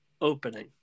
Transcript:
opening